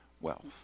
wealth